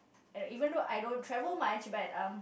and even though I don't travel much but um